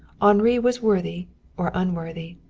henri was worthy or unworthy.